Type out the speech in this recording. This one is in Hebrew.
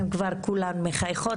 הן כבר כולן מחייכות,